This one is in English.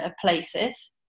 places